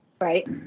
right